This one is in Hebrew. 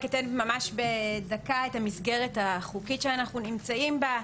אני אתן ממש בדקה את המסגרת החוקית שאנחנו נמצאים בה.